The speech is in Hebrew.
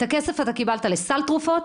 את הכסף אתה קיבלת לסל תרופות,